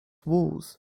walls